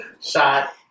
shot